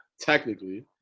Technically